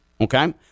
Okay